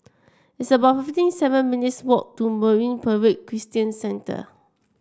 it's about fifty seven minutes' walk to Marine Parade Christian Centre